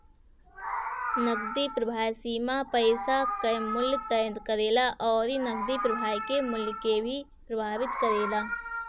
नगदी प्रवाह सीमा पईसा कअ मूल्य तय करेला अउरी नगदी प्रवाह के मूल्य के भी प्रभावित करेला